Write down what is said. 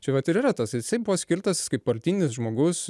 čia vat ir yra tas jisai buvo skirtas kaip partinis žmogus